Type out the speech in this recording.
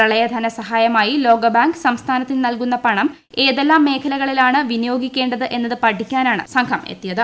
പ്രളയധനസഹായമായി ലോകബാങ്ക് സംസ്ഥാനത്തിന് നൽകുന്ന പണം ഏതെല്ലാം മേഖലകളിലാണ് വിനിയോഗിക്കേണ്ടത് എന്ന് പഠിക്കാനാണ് സംഘം എത്തിയത്